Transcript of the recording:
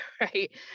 right